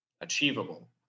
achievable